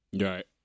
Right